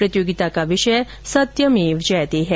प्रतियोगिता का विषय सत्यमेव जयते है